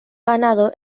ganado